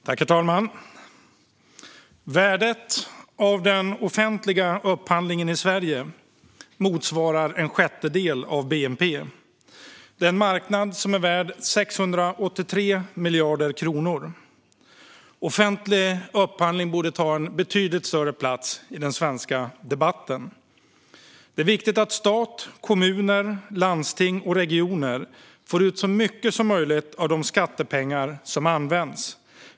Herr talman! Värdet av den offentliga upphandlingen i Sverige motsvarar en sjättedel av bnp. Det är en marknad som är värd 683 miljarder kronor. Offentlig upphandling borde ta en mycket större plats i den svenska debatten. Det är viktigt att stat, kommuner, landsting och regioner får ut så mycket som möjligt av de skattepengar som används.